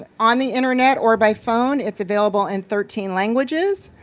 ah on the internet or by phone. it's available in thirteen languages.